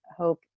Hope